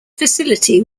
facility